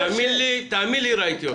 תאמין לי, ראיתי אותך.